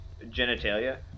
genitalia